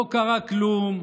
לא קרה כלום.